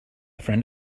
friend